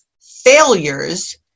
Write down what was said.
failures